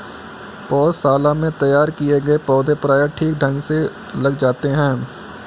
पौधशाला में तैयार किए गए पौधे प्रायः ठीक ढंग से लग जाते हैं